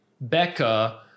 Becca